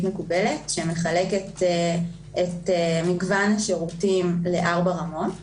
מקובלת שמחלקת את מגוון השירותים לארבע רמות.